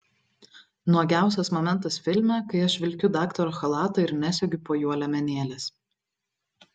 nuogiausias momentas filme kai aš vilkiu daktaro chalatą ir nesegiu po juo liemenėlės